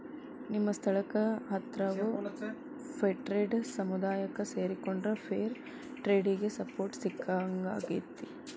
ನಿಮ್ಮ ಸ್ಥಳಕ್ಕ ಹತ್ರಾಗೋ ಫೇರ್ಟ್ರೇಡ್ ಸಮುದಾಯಕ್ಕ ಸೇರಿಕೊಂಡ್ರ ಫೇರ್ ಟ್ರೇಡಿಗೆ ಸಪೋರ್ಟ್ ಸಿಕ್ಕಂಗಾಕ್ಕೆತಿ